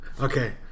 Okay